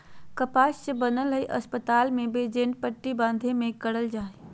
कपास से बनल रुई अस्पताल मे बैंडेज पट्टी बाँधे मे करल जा हय